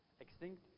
extinct